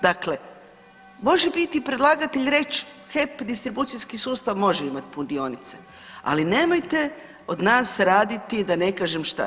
Dakle, može biti i predlagatelj i reć HEP distribucijski sustav može imati punionice, ali nemojte od nas raditi da ne kažem šta.